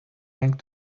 trying